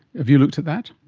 have you looked at that?